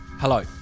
Hello